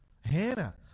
Hannah